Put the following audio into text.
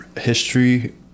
history